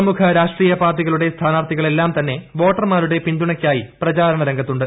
പ്രമുഖ രാഷ്ട്രീയ പാർട്ടികളുടെ സ്ഥാനാർത്ഥികളെല്ലാം തന്നെ വോട്ടർമാരുടെ പിന്തുണയ്ക്കായി പ്രചാരണരംഗത്തുണ്ട്